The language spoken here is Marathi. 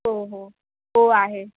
हो हो हो हो आहे